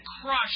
crush